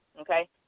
okay